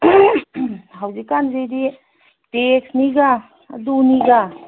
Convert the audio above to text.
ꯍꯧꯖꯤꯛꯀꯥꯟꯁꯤꯗꯤ ꯇꯦꯛꯁꯅꯤꯒ ꯑꯗꯨꯅꯤꯒ